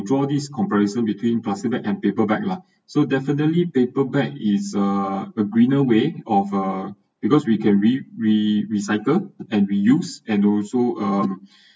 the draw this comparison between plastic beg and paper beg lah so definitely paper beg is a greener way of uh because we can be recycled and reused and also um